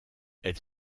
elle